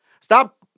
Stop